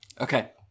Okay